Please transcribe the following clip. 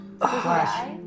Flash